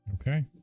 Okay